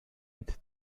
mit